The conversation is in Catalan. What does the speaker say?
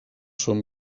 són